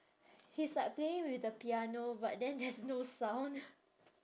he's like playing with the piano but then there's no sound